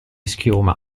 schiuma